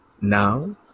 Now